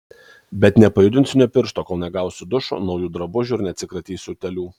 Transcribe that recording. bet nepajudinsiu nė piršto kol negausiu dušo naujų drabužių ir neatsikratysiu utėlių